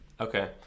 okay